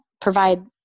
provide